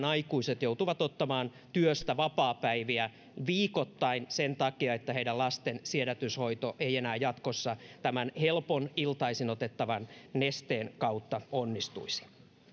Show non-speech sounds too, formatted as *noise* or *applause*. *unintelligible* aikuiset joutuvat ottamaan työstä vapaapäiviä viikoittain sen takia että heidän lastensa siedätyshoito ei enää jatkossa tämän helpon iltaisin otettavan nesteen kautta onnistuisi